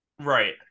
Right